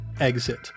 exit